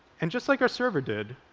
and just like our server did,